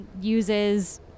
uses